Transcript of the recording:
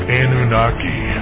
Anunnaki